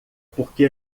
porque